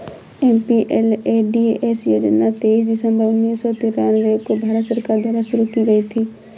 MPLADS योजना तेईस दिसंबर उन्नीस सौ तिरानवे को भारत सरकार द्वारा शुरू की गयी थी